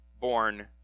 born